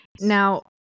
Now